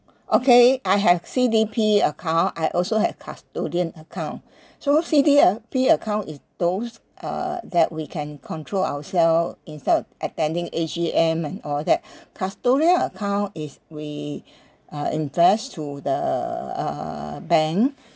okay I have C_D_P account I also have custodian account so C_D uh P account is those uh that we can control ourselves instead of attending A_G_M and all that custodian account is we uh invest through the uh bank